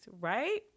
right